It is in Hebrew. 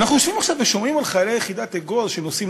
ואנחנו יושבים עכשיו ושומעים על חיילי יחידת אגוז שנוסעים